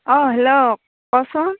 অঁ হেল্ল' কচোন